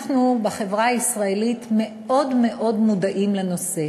אנחנו בחברה הישראלית מאוד מאוד מודעים לנושא.